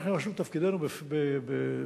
אנחנו נכנסנו לתפקידנו באפריל,